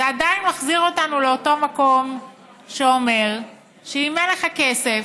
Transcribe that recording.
זה עדיין מחזיר אותנו לאותו מקום שאומר שאם אין לך כסף,